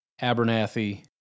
Abernathy